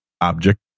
object